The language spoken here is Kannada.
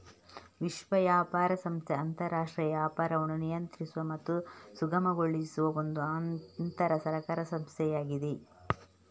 ವಿಶ್ವ ವ್ಯಾಪಾರ ಸಂಸ್ಥೆ ಅಂತರಾಷ್ಟ್ರೀಯ ವ್ಯಾಪಾರವನ್ನು ನಿಯಂತ್ರಿಸುವ ಮತ್ತು ಸುಗಮಗೊಳಿಸುವ ಒಂದು ಅಂತರ ಸರ್ಕಾರಿ ಸಂಸ್ಥೆಯಾಗಿದೆ